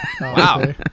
Wow